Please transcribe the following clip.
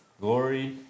glory